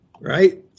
Right